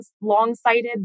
long-sighted